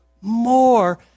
more